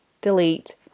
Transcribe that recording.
delete